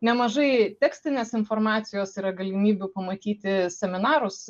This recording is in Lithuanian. nemažai tekstinės informacijos yra galimybių pamatyti seminarus